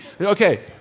Okay